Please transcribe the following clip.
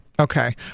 Okay